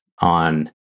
on